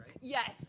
Yes